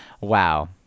Wow